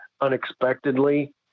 unexpectedly